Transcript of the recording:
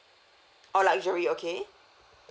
orh luxury okay